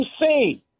insane